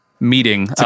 meeting